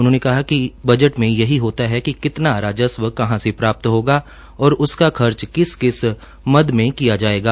उन्होंने कहा कि बजट में यही होता है कि कितना राजस्व कहां से प्राप्त होगा और उसका खर्च किस किस मद में किया जायेगा